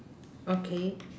okay